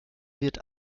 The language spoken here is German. wird